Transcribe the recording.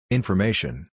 Information